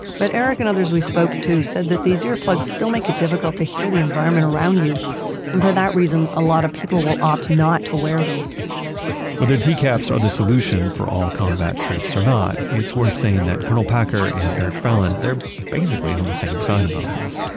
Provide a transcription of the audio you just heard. but eric and others we spoke to said that these earplugs still make it difficult to hear the environment around you, and for that reason, a lot of people will opt not to wear them whether tcaps are the solution for all combat troops or not, it's worth saying that colonel packer and eric fallon, they're basically on the same side about this,